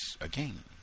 again